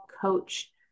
coach